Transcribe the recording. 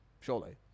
surely